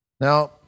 Now